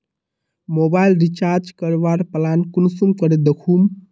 Mobile recharge करवार plan कुंसम करे दखुम?